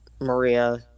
Maria